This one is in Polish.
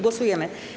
Głosujemy.